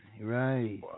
right